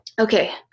Okay